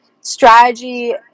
Strategy